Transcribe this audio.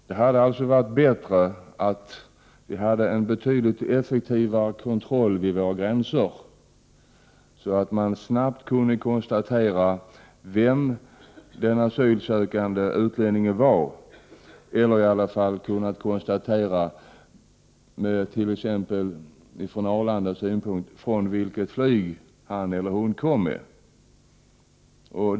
Det hade varit bättre att ha en betydligt effektivare kontroll vid våra gränser så att man snabbt skulle kunna konstatera vem den asylsökande utlänningen var eller i varje fall, när det gäller Arlanda, vilket flygplan han eller hon kom med.